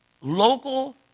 local